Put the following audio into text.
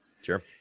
Sure